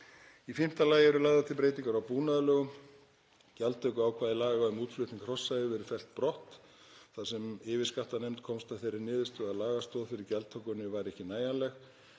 Í fimmta lagi eru lagðar til breytingar á búnaðarlögum. Gjaldtökuákvæði laga um útflutning hrossa hefur verið fellt brott þar sem yfirskattanefnd komst að þeirri niðurstöðu að lagastoð fyrir gjaldtökunni væri ekki nægileg.